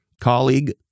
colleague